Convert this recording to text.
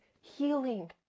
healing